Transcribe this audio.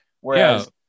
whereas